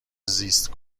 زیست